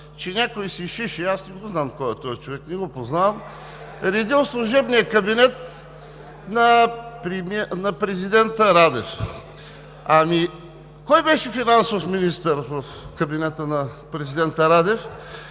че някой си Шиши, аз не го знам кой е този човек, не го познавам (възгласи „Ааа!“ от ГЕРБ), редил служебния кабинет на президента Радев. Ами кой беше финансов министър в кабинета на президента Радев?